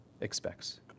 expects